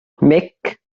mhic